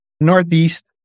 Northeast